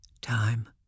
time